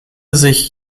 sich